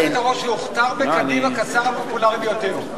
היושבת-ראש, הוא הוכתר בקדימה כשר הפופולרי ביותר.